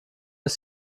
ist